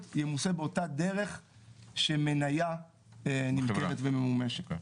ימוסה באותה דרך שמניה נמכרת וממומשת.